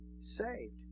saved